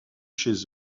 chez